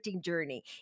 journey